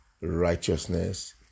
righteousness